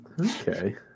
Okay